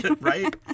right